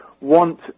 want